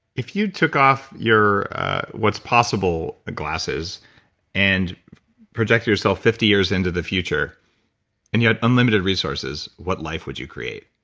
if you took off your what's possible glasses and project yourself fifty years into the future and you had unlimited resources, what life would you create?